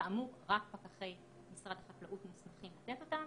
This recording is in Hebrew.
כאמור רק פקחי משרד החקלאות מוסמכים לתת אותם,